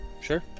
sure